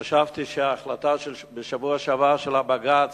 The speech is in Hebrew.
חשבתי שההחלטה של הבג"ץ